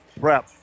Prep